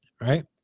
right